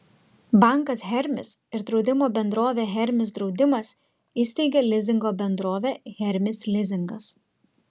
bankas hermis ir draudimo bendrovė hermis draudimas įsteigė lizingo bendrovę hermis lizingas